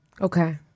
Okay